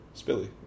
Spilly